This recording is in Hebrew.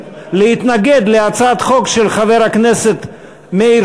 להתנגד להצעת חוק של חבר הכנסת מאיר